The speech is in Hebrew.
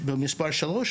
במספר שלוש,